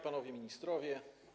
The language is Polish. Panowie Ministrowie!